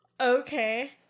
Okay